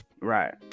Right